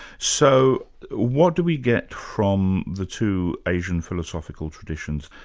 so what do we get from the two asian philosophical traditions,